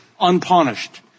unpunished